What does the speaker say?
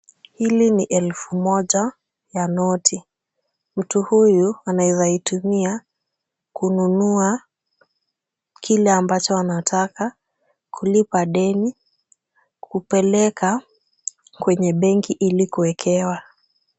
Hili ni elfu moja ya noti, mtu huyu anaeza itumia kununua kile ambacho anataka, kulipa deni, kupeleka kwenye benki ili kuekewa.